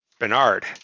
Bernard